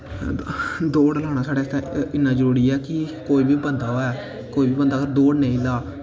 दौड़ लाना साढ़े आस्तै इन्ना जरूरी ऐ की कोई बी बंदा होऐ ते ओह् दौड़ नेईं ला